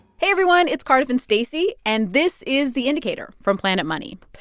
hey, everyone. it's cardiff and stacey. and this is the indicator from planet money.